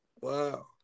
Wow